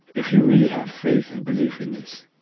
if you really have faith and belief in this,